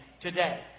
today